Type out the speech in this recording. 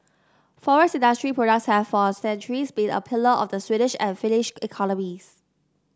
forest industry products have for centuries been a pillar of the Swedish and Finnish economies